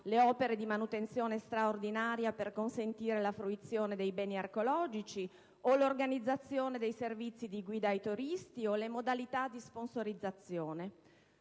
«le opere di manutenzione straordinaria per consentire la piena fruizione dei beni archeologici» o «l'organizzazione dei servizi di guida ai turisti» o le modalità di sponsorizzazione